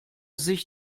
sich